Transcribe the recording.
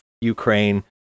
ukraine